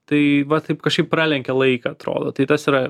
tai va taip kažkaip pralenkia laiką atrodo tai tas yra